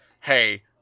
Hey